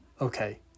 okay